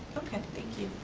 okay, thank you.